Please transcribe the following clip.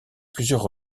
plusieurs